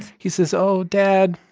he says, oh, dad,